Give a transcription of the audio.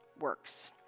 works